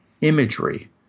imagery